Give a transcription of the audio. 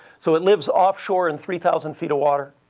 so it lives offshore in three thousand feet of water,